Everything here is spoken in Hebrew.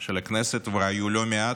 של הכנסת, והיו לא מעט.